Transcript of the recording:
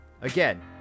Again